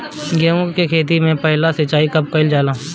गेहू के खेती मे पहला सिंचाई कब कईल जाला?